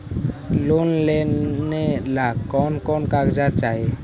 Loan लेने ला कोन कोन कागजात चाही?